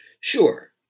Sure